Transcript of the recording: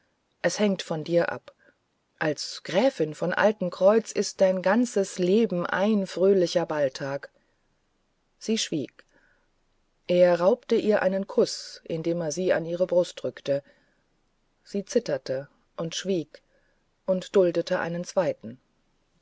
es hängt von dir ab als gräfin von altenkreuz ist dein ganzes leben ein fröhlicher balltag sie schwieg er raubte ihr einen kuß indem er sie an seine brust drückte sie zitterte und schwieg und duldete einen zweiten